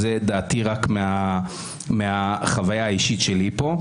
זו דעתי רק מהחוויה האישית שלי פה.